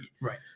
Right